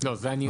את זה אני יודע.